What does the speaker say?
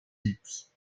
jeeps